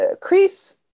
crease